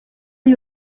you